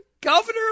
governor